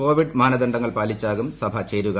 Covid മാനദണ്ഡങ്ങൾ പാലിച്ചാകും സഭ ചേരുക